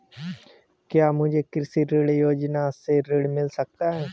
क्या मुझे कृषि ऋण योजना से ऋण मिल सकता है?